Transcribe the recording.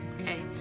okay